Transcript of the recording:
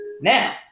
Now